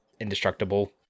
indestructible